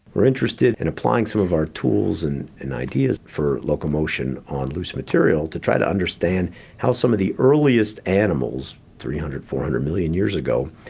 we're interested in applying some of our tools and ideas for locomotion on loose material, to try to understand how some of the earliest animals, three hundred four hundred million years ago,